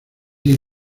dead